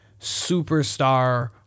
superstar